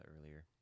earlier